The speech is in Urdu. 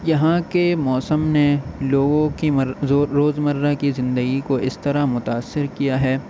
یہاں کے موسم نے لوگوں کی روزمرہ کی زندگی کو اس طرح متأثر کیا ہے